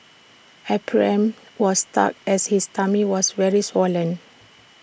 Ephraim was stuck as his tummy was very swollen